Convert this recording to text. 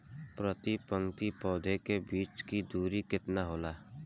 प्रति पंक्ति पौधे के बीच की दूरी केतना होला?